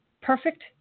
perfect